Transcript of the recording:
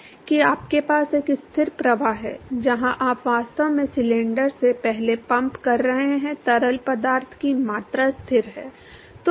मान लें कि आपके पास एक स्थिर प्रवाह है जहां आप वास्तव में सिलेंडर से पहले पंप कर रहे तरल पदार्थ की मात्रा स्थिर है